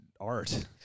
art